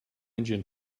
engine